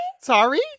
sorry